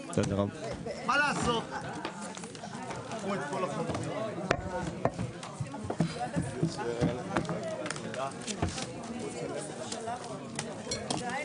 11:35.